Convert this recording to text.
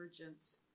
emergence